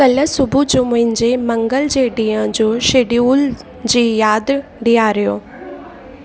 काल्ह सुबुह जो मुंहिंजे मंगल जे ॾींहं जो शेड्यूल जी यादि ॾियारायो